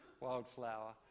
wildflower